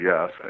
yes